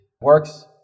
works